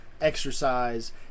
exercise